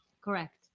Correct